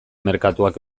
merkatuak